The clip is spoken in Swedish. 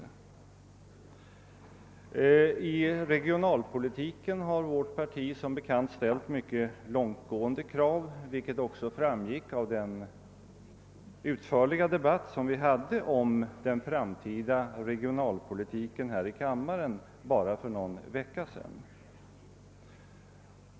Vårt parti har som bekant i regionalpolitiken ställt mycket långtgående krav, vilket också framgick av den utförliga debatt som vi förde om den framtida regionalpolitiken för bara någon vecka sedan i denna kammare.